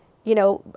you know,